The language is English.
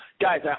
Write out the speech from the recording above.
Guys